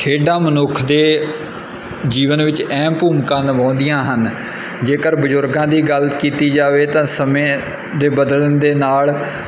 ਖੇਡਾਂ ਮਨੁੱਖ ਦੇ ਜੀਵਨ ਵਿੱਚ ਅਹਿਮ ਭੂਮਿਕਾ ਨਿਭਾਉਂਦੀਆਂ ਹਨ ਜੇਕਰ ਬਜ਼ੁਰਗਾਂ ਦੀ ਗੱਲ ਕੀਤੀ ਜਾਵੇ ਤਾਂ ਸਮੇਂ ਦੇ ਬਦਲਣ ਦੇ ਨਾਲ